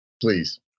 Please